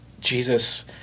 Jesus